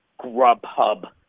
Grubhub